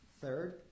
Third